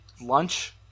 lunch